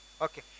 Okay